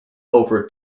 over